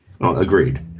Agreed